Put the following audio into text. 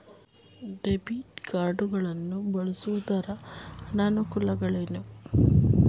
Debit card ಗಳನ್ನು ಬಳಸುವುದರ ಅನಾನುಕೂಲಗಳು ಏನು?